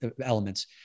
elements